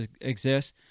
exists